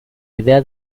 idea